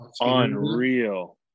unreal